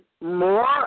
more